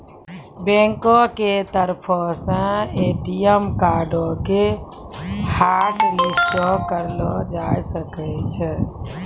बैंको के तरफो से ए.टी.एम कार्डो के हाटलिस्टो करलो जाय सकै छै